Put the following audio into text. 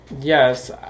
yes